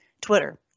Twitter